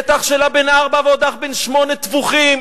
ואת אחיה בן הארבע ועוד אחד בן שמונה טבוחים,